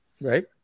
Right